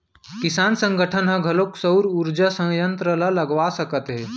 किसान संगठन ह घलोक सउर उरजा संयत्र ल लगवा सकत हे